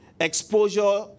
Exposure